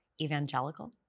evangelical